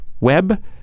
web